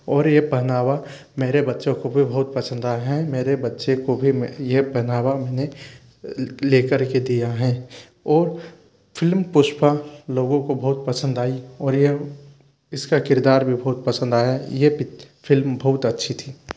और यह पहनावा मेरे बच्चों को भी बहुत पसंद आया हैं मेरे बच्चे को भी मैं यह पहनावा मैंने लेकर के दिया है और फ़िल्म पुष्पा लोगों को बहुत पसंद आई और यह इसका किरदार भी बहुत पसंद आया यह फ़िल्म बहुत अच्छी थी